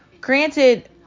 Granted